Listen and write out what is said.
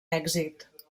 èxit